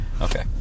Okay